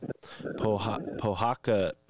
Pohaka